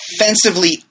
offensively